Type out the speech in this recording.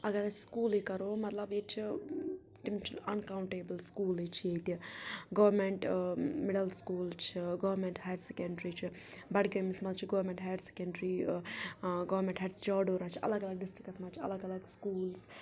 اگر أسۍ سکوٗلٕے کَرو مطلب ییٚتہِ چھِ تِم چھِ اَنکاوٹیبٕل سکوٗلٕے چھِ ییٚتہِ گورمینٹ مِڈَل سکوٗل چھِ گورمٮ۪نٛٹ ہایَر سٮ۪کَنڈرٛی چھِ بَڈگٲمِس منٛز چھِ government higher secondary government higher Chadoora چھِ اَلَگ اَلَگ ڈِسٹِرکَس منٛز چھِ اَلَگ اَلَگ سکوٗلٕز